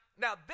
now